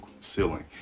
ceiling